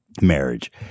marriage